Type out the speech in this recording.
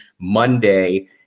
Monday